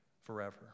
forever